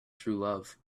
truelove